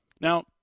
Now